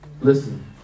Listen